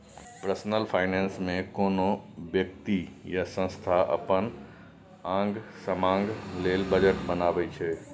personal finance मे कोनो बेकती या संस्था अपन आंग समांग लेल बजट बनबै छै